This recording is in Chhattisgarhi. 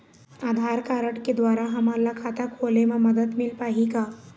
आधार कारड के द्वारा हमन ला खाता खोले म मदद मिल पाही का?